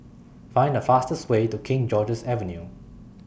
Find The fastest Way to King George's Avenue